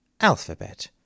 Alphabet